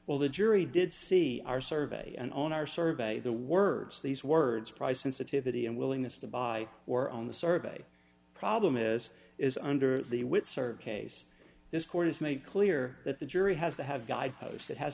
well the jury did see our survey and on our survey the words these words price sensitivity and willingness to buy or own the survey problem is is under the would serve case this court has made clear that the jury has to have guideposts it has